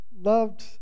loved